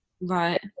right